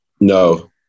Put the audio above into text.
No